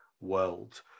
World